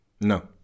No